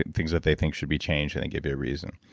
things that they think should be changed and then give you a reason.